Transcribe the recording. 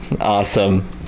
Awesome